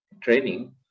training